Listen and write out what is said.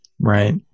Right